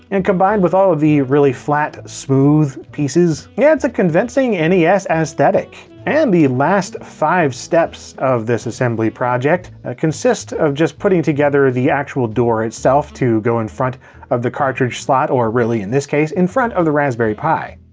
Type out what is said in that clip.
and combined with all of the really flat, smooth pieces, yeah, it's a convincing nes aesthetic. aesthetic. and the last five steps of this assembly project consist of just putting together, the actual door itself to go in front of the cartridge slot, or really, in this case, in front of the raspberry pi.